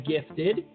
Gifted